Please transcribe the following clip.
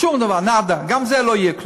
שום דבר, נאדה, גם עם זה לא יהיה כלום.